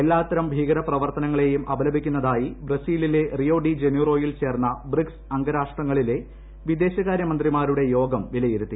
എല്ലാത്തരം ഭീകര പ്രവർത്തനങ്ങളെയും അപലപിക്കുന്നതായി ബ്രസീലിലെ റിയോ ഡി ജനീറോയിൽ ചേർന്ന ബ്രിക്സ് അംഗരാഷ്ട്രങ്ങളിലെ വിദേശകാരൃ മന്ത്രിമാരുടെ യോഗം വിലയിരുത്തി